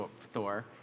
Thor